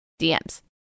DMs